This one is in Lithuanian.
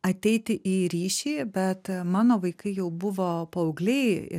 ateiti į ryšį bet mano vaikai jau buvo paaugliai